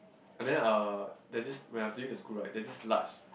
and then uh there's this when I was leaving the school right there's this large